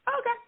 Okay